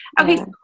okay